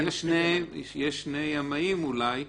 יש שני ימאים אולי,